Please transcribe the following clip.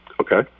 Okay